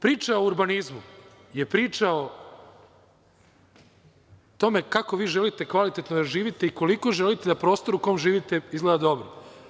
Priča o urbanizmu je priča o tome kako vi želite kvalitetno da živite i koliko želite da prostor u kom živite izgleda dobro.